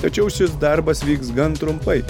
tačiau šis darbas vyks gan trumpai